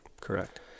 Correct